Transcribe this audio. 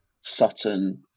Sutton